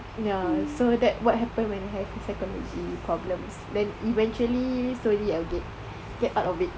ya so that what happen when I have psychology problems then eventually slowly I'll get get out of it